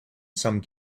some